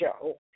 show